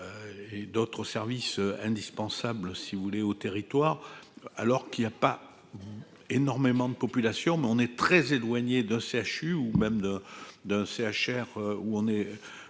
et d'autres services indispensables si vous voulez au territoire alors qu'il y a pas énormément de population mais on est très éloigné de CHU ou même de d'un CHR où on est